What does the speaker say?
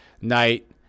night